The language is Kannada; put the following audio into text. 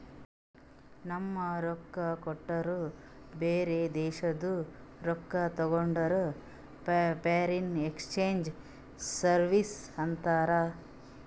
ನಮ್ ರೊಕ್ಕಾ ಕೊಟ್ಟು ಬ್ಯಾರೆ ದೇಶಾದು ರೊಕ್ಕಾ ತಗೊಂಡುರ್ ಫಾರಿನ್ ಎಕ್ಸ್ಚೇಂಜ್ ಸರ್ವೀಸ್ ಅಂತಾರ್